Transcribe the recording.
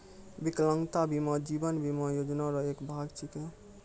बिकलांगता बीमा जीवन बीमा योजना रो एक भाग छिकै